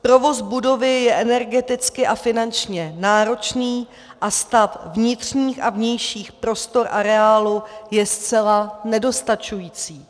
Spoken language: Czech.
Provoz budovy je energeticky a finančně náročný a stav vnitřních a vnějších prostor areálu je zcela nedostačující.